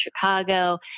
Chicago